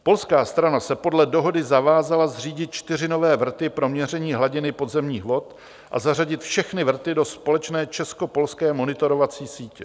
Polská strana se podle dohody zavázala zřídit čtyři nové vrty pro měření hladiny podzemních vod a zařadit všechny vrty do společné českopolské monitorovací sítě.